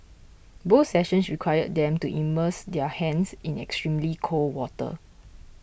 both sessions required them to immerse their hands in extremely cold water